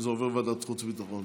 זה עובר לוועדת חוץ וביטחון.